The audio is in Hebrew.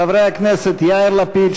חברי הכנסת יאיר לפיד,